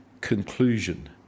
conclusion